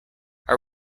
are